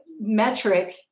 Metric